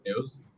news